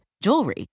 jewelry